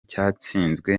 cyatsinzwe